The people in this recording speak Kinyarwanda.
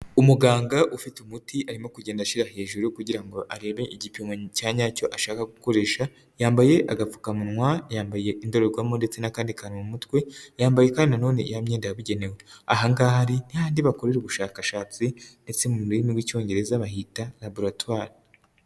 Umuganga ufite umuti arimo kugenda ashyira hejuru, kugira ngo arebe igipimo cya nyacyo ashaka gukoresha, yambaye agapfukamunwa, yambaye indorerwamo, ndetse n'akandi kantu mu mutwe. Yambaye kandi na none ya myenda yabugenewe. Aha ngaha ari ni hahandi bakorera ubushakashatsi, ndetse mu rurimi rw'icyongereza bata laboratwari.